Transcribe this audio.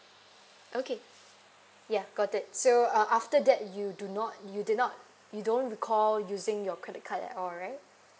okay ya got it so uh after that you do not you did not you don't recall using your credit card at all right